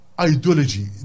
ideology